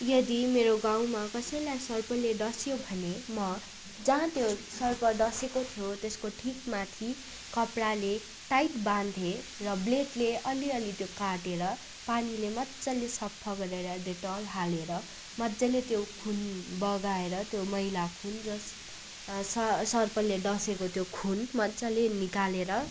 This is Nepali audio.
यदि मेरो गाउँमा कसैलाई सर्पले डस्यो भने म जहाँ त्यो सर्प डसेको थियो त्यसको ठिकमाथि कपडाले टाइट बाँध्थेँ र ब्लेडले अलिअलि त्यो काटेर पानीले मज्जाले सफा गरेर डेटोल हालेर मज्जाले त्यो खुन बगाएर त्यो मैला खुन जस साँ सर्पले डसेको त्यो खुन मज्जाले निकालेर